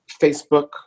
Facebook